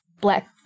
Black